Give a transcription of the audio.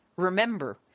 Remember